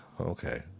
Okay